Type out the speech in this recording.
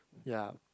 ya